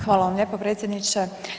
Hvala vam lijepa predsjedniče.